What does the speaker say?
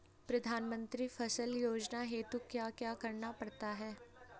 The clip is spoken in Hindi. प्रधानमंत्री फसल योजना हेतु क्या क्या करना पड़ता है?